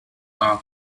are